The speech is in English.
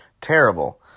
terrible